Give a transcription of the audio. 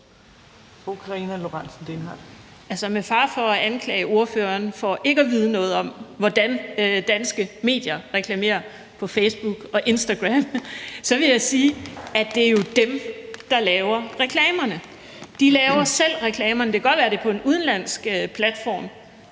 med fare for at anklage ordføreren for ikke at vide noget om, hvordan danske virksomheder reklamerer på Facebook og Instagram, vil jeg sige, at det jo er dem, der laver reklamerne. De laver selv reklamerne. Det kan godt være, at det er på en udenlandsk platform,